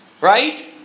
right